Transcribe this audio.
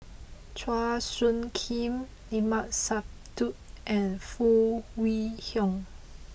Chua Soo Khim Limat Sabtu and Foo Kwee Horng